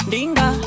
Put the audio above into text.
Dinga